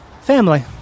family